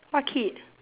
what kid